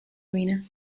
arena